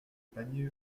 panier